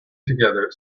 together